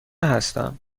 هستم